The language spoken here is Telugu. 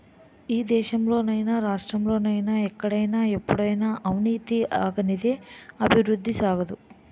ఈ దేశంలో నైనా రాష్ట్రంలో నైనా ఎక్కడైనా ఎప్పుడైనా అవినీతి ఆగనిదే అభివృద్ధి సాగదు